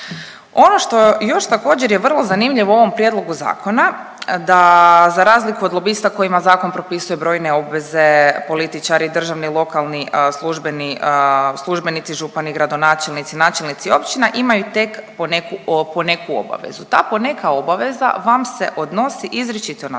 Ono što još također, je vrlo zanimljivo u ovom prijedlogu zakona, da, za razliku od lobista kojima zakon propisuje brojne obveze, političari, državni, lokalni službenici, župani, gradonačelnici, načelnici općina imaju tek po neku obavezu. Ta poneka obaveza vam se odnosi izričito na